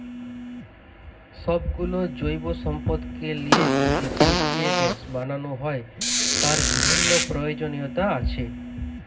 সব গুলো জৈব সম্পদকে লিয়ে যদি পচিয়ে গ্যাস বানানো হয়, তার বিভিন্ন প্রয়োজনীয়তা আছে